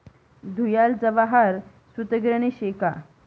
धुयाले जवाहर सूतगिरणी शे का